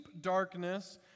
darkness